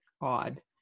odd